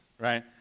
Right